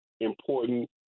important